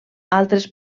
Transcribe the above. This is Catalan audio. altres